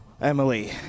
Emily